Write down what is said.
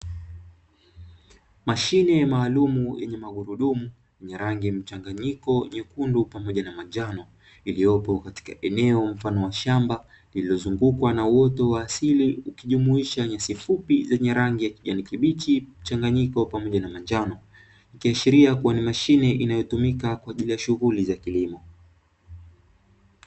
Mashine maalumu yenye magurudumu yenye rangi mchanganyiko nyekundu pamoja na manjano, iliyopo katika eneo mfano wa shamba, lililozungukwa na uoto wa asili ukijumuisha nyasi fupi zenye rangi ya kijani kibichi mchanganyiko pamoja na manjano ikiashiria kuwa ni mashine inayotumika kwa ajili ya shughuli za kilimo.